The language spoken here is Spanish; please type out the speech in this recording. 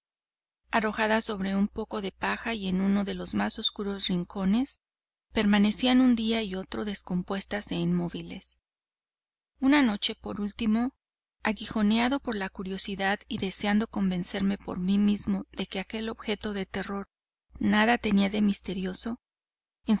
arrojadas sobre un poco de paja y en uno de los mas oscuros rincones permanecían un día y otro descompuestas e inmóviles una noche por último aguijoneado por la curiosidad y deseando convencerme por mi mismo de que aquel objeto de terror nada tenía de misterioso